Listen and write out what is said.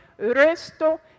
resto